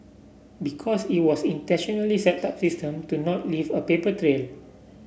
because it was intentionally set up system to not leave a paper trail